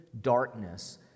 darkness